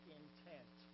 intent